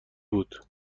بود